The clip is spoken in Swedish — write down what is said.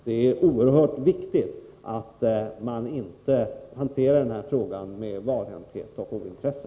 Det är oerhört viktigt att man inte hanterar denna fråga med valhänthet och ointresse.